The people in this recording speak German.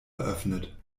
eröffnet